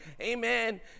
amen